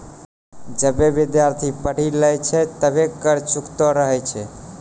जबे विद्यार्थी पढ़ी लै छै तबे कर्जा चुकैतें रहै छै